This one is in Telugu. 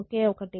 ఒకే ఒకటి